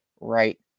right